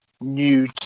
new